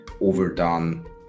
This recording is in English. overdone